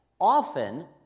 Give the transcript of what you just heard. often